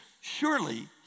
surely